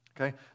Okay